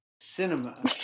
cinema